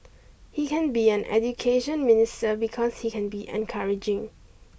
he can be an Education Minister because he can be encouraging